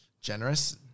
Generous